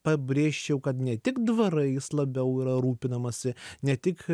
pabrėžčiau kad ne tik dvarai jais labiau yra rūpinamasi ne tik